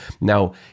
Now